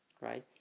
right